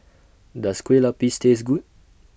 Does Kueh Lapis Taste Good